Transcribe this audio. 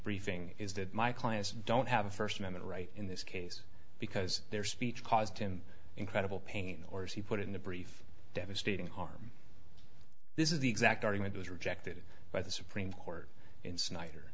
briefing is that my clients don't have a first amendment right in this case because their speech caused him incredible pain or as he put it in a brief devastating harm this is the exact argument was rejected by the supreme court in snyder